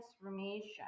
transformation